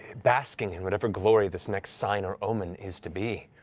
basking in whatever glory this next sign or omen is to be.